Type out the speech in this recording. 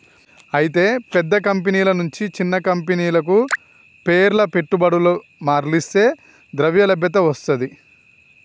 అయితే పెద్ద కంపెనీల నుంచి చిన్న కంపెనీలకు పేర్ల పెట్టుబడులు మర్లిస్తే ద్రవ్యలభ్యత వస్తది